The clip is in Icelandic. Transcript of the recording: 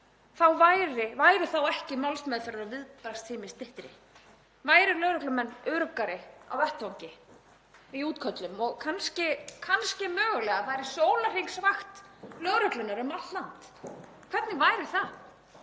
væri þá ekki málsmeðferðar- og viðbragðstími styttri? Væru lögreglumenn öruggari á vettvangi, í útköllum og kannski mögulega væri sólarhringsvakt lögreglunnar um allt land? Hvernig væri það?